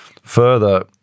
further